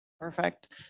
Perfect